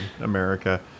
America